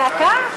זה אתה?